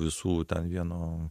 visų ten vieno